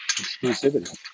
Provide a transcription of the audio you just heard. exclusivity